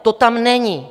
To tam není.